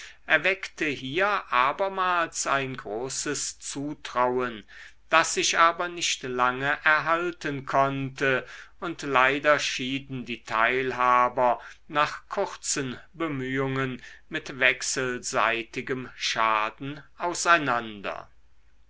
erweckte hier abermals ein großes zutrauen das sich aber nicht lange erhalten konnte und leider schieden die teilhaber nach kurzen bemühungen mit wechselseitigem schaden auseinander